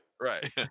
right